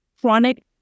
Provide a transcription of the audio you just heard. chronic